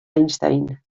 einstein